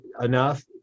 enough